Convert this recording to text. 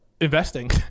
investing